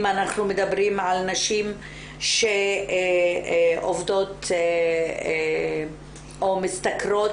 אנחנו מדברים על נשים שעובדות או משתכרות,